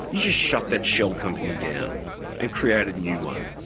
you just shut that shell company down and create a new one.